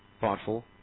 thoughtful